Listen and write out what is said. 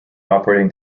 operating